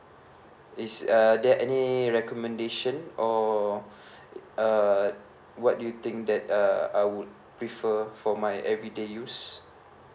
is uh there any recommendation or uh what do you think that uh I would prefer for my everyday use